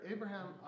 Abraham